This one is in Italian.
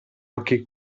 occhi